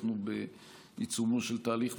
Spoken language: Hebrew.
אנחנו בעיצומו של תהליך,